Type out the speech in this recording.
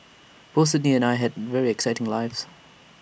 both Sydney and I had very exciting lives